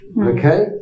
okay